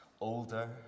older